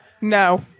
No